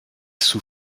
sous